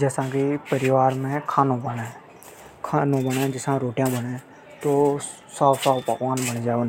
जसा की परिवार में खानों बणे। तो नरा बार कई बढ़िया बढ़िया सामान बन जावे।